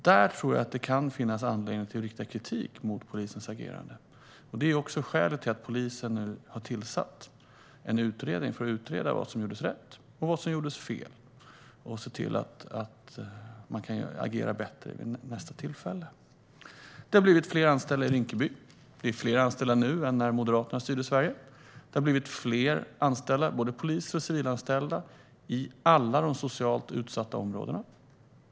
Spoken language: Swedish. Där tror jag att det kan finnas anledning att rikta kritik mot polisens agerande. Det är också skälet till att polisen nu har tillsatt en utredning. Man ska utreda vad som gjordes rätt och vad som gjordes fel och se till att man kan agera bättre vid nästa tillfälle. Det har blivit fler anställda i Rinkeby. Det är fler anställda nu än när Moderaterna styrde Sverige. Det har blivit fler anställda, både poliser och civila, i alla de socialt utsatta områdena.